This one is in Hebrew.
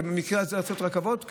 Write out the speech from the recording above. ובמקרה הזה לחצות רכבות,